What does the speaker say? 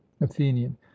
athenian